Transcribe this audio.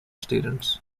students